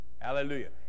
Hallelujah